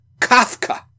Kafka